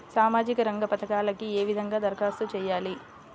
సామాజిక రంగ పథకాలకీ ఏ విధంగా ధరఖాస్తు చేయాలి?